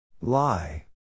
Lie